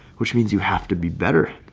which means you have to be better.